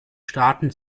staaten